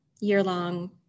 year-long